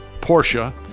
Porsche